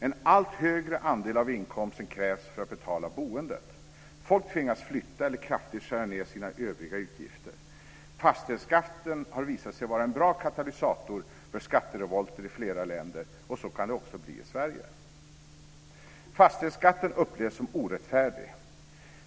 En allt högre andel av inkomsten krävs för att betala boendet. Folk tvingas flytta eller kraftigt skära ned sina övriga utgifter. Fastighetsskatten har visat sig vara en bra katalysator för skatterevolter i flera länder, och så kan det bli också i Sverige. Fastighetsskatten upplevs som orättfärdig.